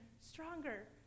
stronger